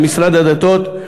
למשרד הדתות,